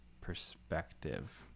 perspective